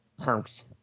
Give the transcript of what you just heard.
house